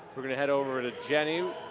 we're going to head over to jenny,